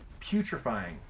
putrefying